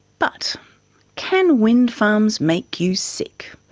but can windfarms make you sick?